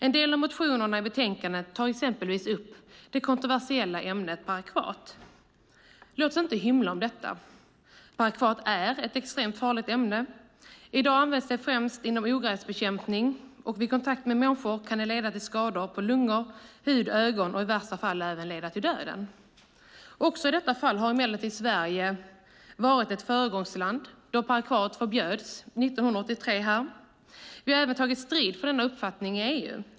En del av motionerna i betänkandet tar exempelvis upp det kontroversiella medlet parakvat. Låt oss inte hymla med detta; parakvat är ett extremt farligt ämne. I dag används det främst inom ogräsbekämpning, och vid kontakt med människor kan det orsaka skador på lungor, hud, ögon och i värsta fall även leda till döden. I detta fall har emellertid Sverige varit ett föregångsland då parakvat förbjöds här 1983. Vi har även tagit strid för denna uppfattning inom EU.